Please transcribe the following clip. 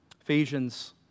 Ephesians